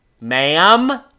ma'am